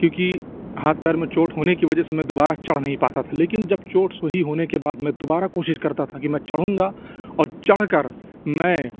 کیوں کہ ہاتھ پیر میں چوٹ ہونے کہ وجہ سے میں دوبارہ چڑہ نہیں پاتا تھا لیکن جب چوٹ صحیح ہونے کے بعد میں دوبارہ کوشش کرتا تھا کہ میں چڑھوں گا اور چڑھ کر میں